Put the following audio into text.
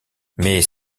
mais